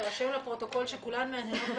יירשם בפרוטוקול שכולן מהנהנות בהסכמה.